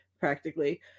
practically